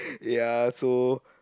ya so